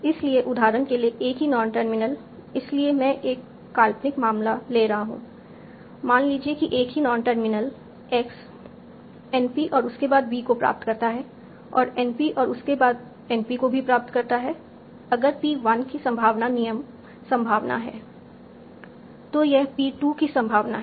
इसलिए उदाहरण के लिए एक ही नॉन टर्मिनल इसलिए मैं एक काल्पनिक मामला ले रहा हूं मान लीजिए कि एक ही नॉन टर्मिनल X NP और उसके बाद V को प्राप्त करता है और NP और उसके बाद NP को भी प्राप्त करता है अगर पी 1 की संभावना नियम संभावना है तो यह P 2 की संभावना है